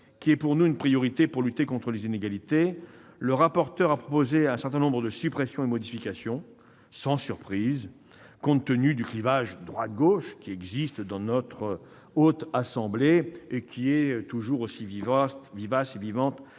qui est, pour nous, une priorité pour lutter contre les inégalités. Le rapporteur a proposé un certain nombre de suppressions et modifications, sans surprise compte tenu du clivage droite-gauche existant dans notre Haute Assemblée et toujours aussi vivace dans